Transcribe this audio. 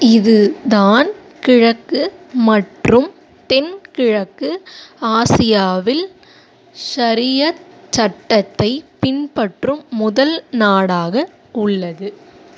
இது தான் கிழக்கு மற்றும் தென்கிழக்கு ஆசியாவில் ஷரியத் சட்டத்தைப் பின்பற்றும் முதல் நாடாக உள்ளது